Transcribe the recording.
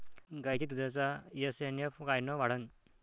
गायीच्या दुधाचा एस.एन.एफ कायनं वाढन?